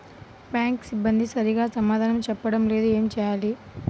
Bank సిబ్బంది సరిగ్గా సమాధానం చెప్పటం లేదు ఏం చెయ్యాలి?